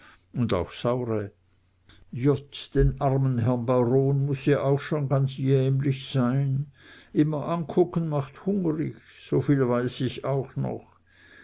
un auch saure jott den armen herrn baron muß ja schon ganz jämlich sein immer ankucken macht hungrig soviel weiß ich auch noch